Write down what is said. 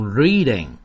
reading